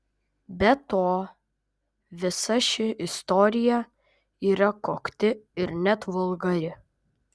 be to visa ši istorija yra kokti ir net vulgari